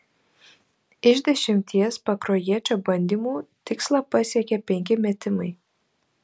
iš dešimties pakruojiečio bandymų tikslą pasiekė penki metimai